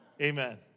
Amen